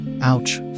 Ouch